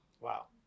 Wow